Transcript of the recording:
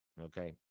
okay